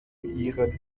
ihren